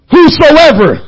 Whosoever